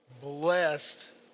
blessed